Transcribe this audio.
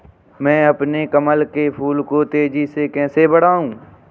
मैं अपने कमल के फूल को तेजी से कैसे बढाऊं?